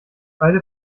beide